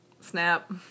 snap